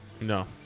No